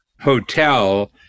hotel